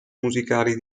musicali